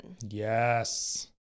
Yes